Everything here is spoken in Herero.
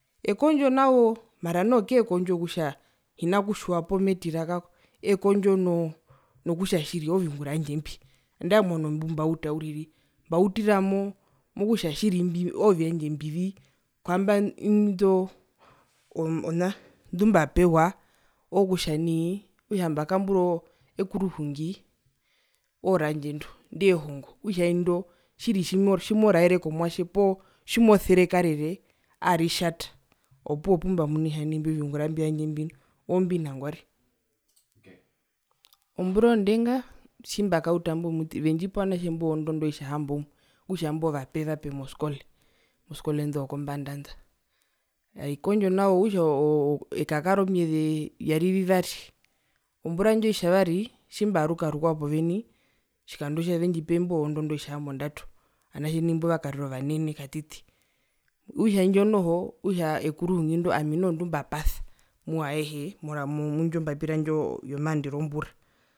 Ekondjo nawo mara noho kekondjo kutja hina kutjiwa poo metira kako eekondjo noo nokutja tjiri ooviungura vyandje mbi andae omwano mbumabuta uriri mbautira mo mokutja tjiri imbi oovyandje mbivii kwamba iindo ona ndu mbapewa ookutja nai okutja mbakamburoo ekuruhungi oorandje ndo ondehongo okutja indo tjimoraere komwatje poo tjimoserekarere aaritjata opuwo opumbamwina kutja nai oviungura imbio vyandje mbi nu oombi nangwari. Ombura ondenga tjimbakauta imbo mitiri vendjipa ovanatje imbo wondondo oitjahamboumwe okutja imbo vape vape moskole moskole indo zokombanda nda ekondjo nawo okutja ee ekakara omyeze vyari vivari ombura indjo oitjavari tjimbaaruka rukwao po wennie otjikandotjo avendjipe imbo wondondo oitja hambondatu ovanatje nai mbakarira ovanene katiti, okutja indjo noho okutja ekuruhungi ndo ami noho ondimbapasa muoaehe mwindjo mbapira ndjo yomaandero wombura.